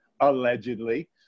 allegedly